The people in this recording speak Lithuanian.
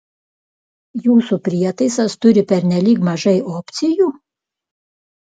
jūsų prietaisas turi pernelyg mažai opcijų